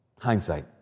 hindsight